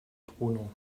bruno